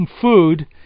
food